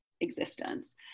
existence